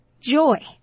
Joy